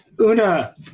Una